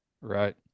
right